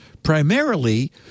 primarily